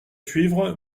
suivre